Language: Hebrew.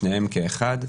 שניהם כאחד,